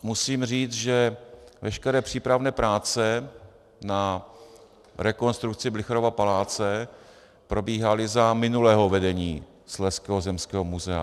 Musím říct, že veškeré přípravné práce na rekonstrukci Blücherova paláce probíhaly za minulého vedení Slezského zemského muzea.